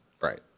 Right